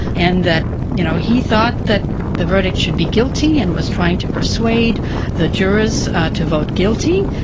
and that you know he thought that the verdict should be guilty and was trying to persuade the jurors to vote guilty.